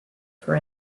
for